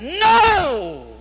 no